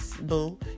boo